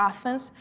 Athens